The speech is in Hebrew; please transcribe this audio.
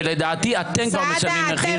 ולדעתי אתם כבר משלמים מחיר.